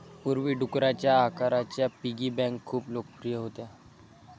पूर्वी, डुकराच्या आकाराच्या पिगी बँका खूप लोकप्रिय होत्या